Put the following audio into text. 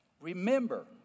Remember